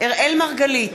אראל מרגלית,